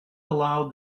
aloud